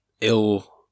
ill